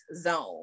zone